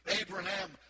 Abraham